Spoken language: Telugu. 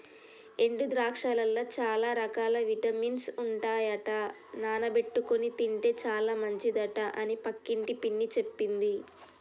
ఎండు ద్రాక్షలల్ల చాల రకాల విటమిన్స్ ఉంటాయట నానబెట్టుకొని తింటే చాల మంచిదట అని పక్కింటి పిన్ని చెప్పింది